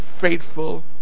faithful